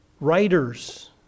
writers